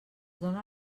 dóna